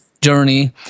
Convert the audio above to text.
Journey